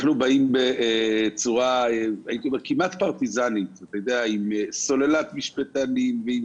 אנחנו באים בצורה כמעט פרטיזנית עם סוללת משפטנים ועם